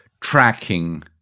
tracking